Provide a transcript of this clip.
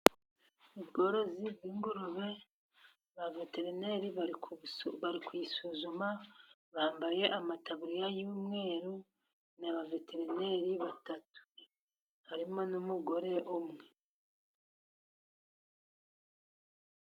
Ubworozi bw'ingurube ba veterineri bari kuyisuzuma, bambaye amataburiya y'umweru. Ni abaveterineri batatu harimo n'umugore umwe.